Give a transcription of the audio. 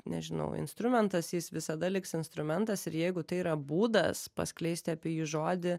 nežinau instrumentas jis visada liks instrumentas ir jeigu tai yra būdas paskleisti apie jį žodį